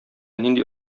нинди